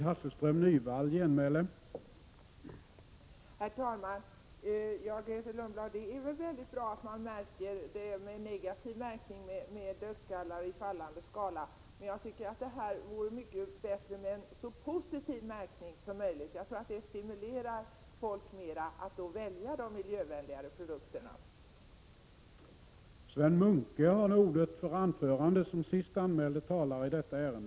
Herr talman! Det är givetvis bra att man inför en negativ märkning med dödskallar till utropstecken i en fallande skala. Men jag tycker att det är bättre med en så positiv märkning som möjligt. Jag tror att det på ett bättre sätt stimulerar konsumenterna att välja de miljövänligare produkterna.